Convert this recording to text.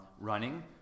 Running